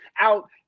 out